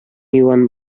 юан